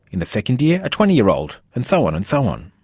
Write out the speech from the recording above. in the second year a twenty year old and so on and so on.